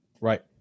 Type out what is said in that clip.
Right